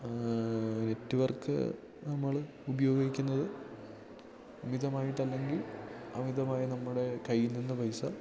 network നമ്മൾ ഉപയോഗിക്കുന്നത് മിതമായിട്ടല്ലെങ്കിൽ അമിതമായി നമ്മുടെ കയ്യിൽ നിന്ന് പൈസ